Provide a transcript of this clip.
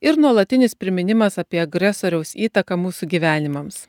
ir nuolatinis priminimas apie agresoriaus įtaką mūsų gyvenimams